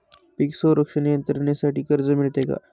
पीक संरक्षण यंत्रणेसाठी कर्ज मिळते का?